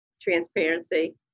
Transparency